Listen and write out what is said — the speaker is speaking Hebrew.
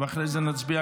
אחמד טיבי,